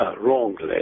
wrongly